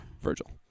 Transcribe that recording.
Virgil